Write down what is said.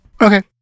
Okay